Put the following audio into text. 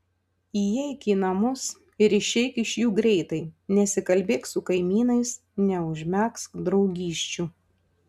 įeik į namus ir išeik iš jų greitai nesikalbėk su kaimynais neužmegzk draugysčių